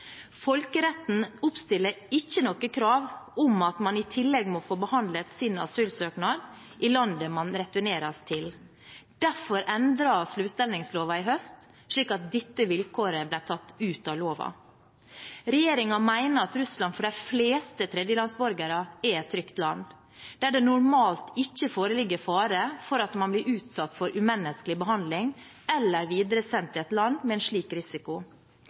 Folkeretten oppstiller ikke noe krav om at man i tillegg må få behandlet sin asylsøknad i landet man returneres til. Derfor endret vi utlendingsloven i fjor høst, slik at dette vilkåret ble tatt ut av loven. Regjeringen mener at Russland for de fleste tredjelandsborgere er et trygt land, der det normalt ikke foreligger fare for at man blir utsatt for umenneskelig behandling eller blir videresendt til et land med en slik risiko.